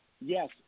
yes